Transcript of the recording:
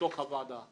שאנחנו